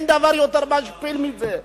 אין דבר יותר משפיל מזה.